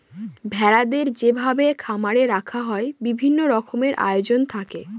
ভেড়াদের যেভাবে খামারে রাখা হয় বিভিন্ন রকমের আয়োজন থাকে